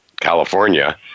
California